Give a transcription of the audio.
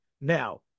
Now